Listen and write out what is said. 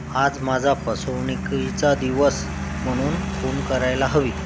आज माझा फसवणुकीचा दिवस म्हणून खूण करायला हवी